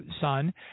son